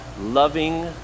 loving